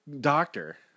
doctor